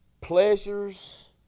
Pleasures